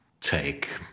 take